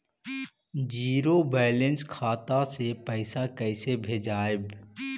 Zero balance खाता से पैसा कैसे भेजबइ?